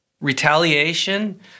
Retaliation